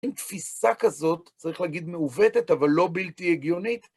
עם תפיסה כזאת, צריך להגיד מעוותת, אבל לא בלתי הגיונית.